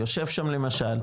יושב שם למשל,